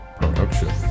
Production